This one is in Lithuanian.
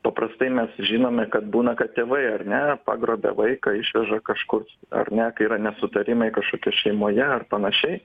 paprastai mes žinome kad būna kad tėvai ar ne pagrobia vaiką išveža kažkur ar ne kai yra nesutarimai kažkokie šeimoje ar panašiai